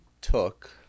took